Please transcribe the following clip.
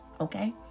okay